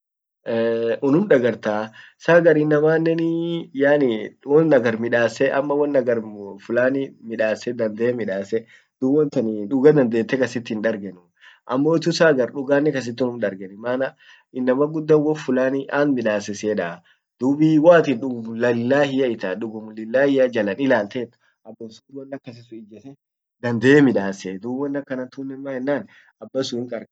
unum dagarta saa agar inamanen yaani won hagar midasse ama won agar fulani midase dande midasse dub wontan duga dandete kasit hin dargenuu ammotu saa agar duga kait unnum dargeni maana innama guddan won fulani ant midasse sin yedaa dub waatin dugum lalllahia itat dugum lillahia itat jalan ilaltet abbasunt wonakassi sun ijjete dande midasse dub won akanantun maennan abbasun hinqarqartii.